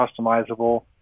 customizable